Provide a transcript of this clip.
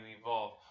evolve